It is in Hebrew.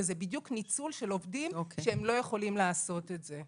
זה ניצול של עובדים שלא יכולים לעשות את זה.